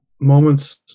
moments